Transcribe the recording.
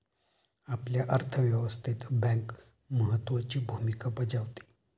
आपल्या अर्थव्यवस्थेत बँक महत्त्वाची भूमिका बजावते